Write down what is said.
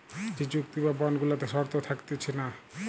যে চুক্তি বা বন্ড গুলাতে শর্ত থাকতিছে না